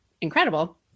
incredible